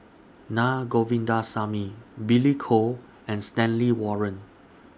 Na Govindasamy Billy Koh and Stanley Warren